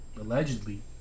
Allegedly